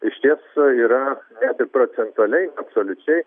iš ties yra net ir procentaliai absoliučiai